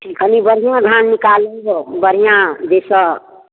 ठीक कनि बढ़िआँ धान निकालू गे बढ़िआँ जाहिसँ